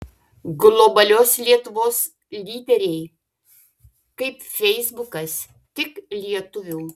globalios lietuvos lyderiai kaip feisbukas tik lietuvių